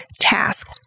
task